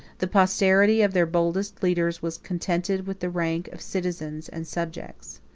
the posterity of their boldest leaders was contented with the rank of citizens and subjects.